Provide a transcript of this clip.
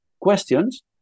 questions